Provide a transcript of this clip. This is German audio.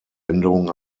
änderung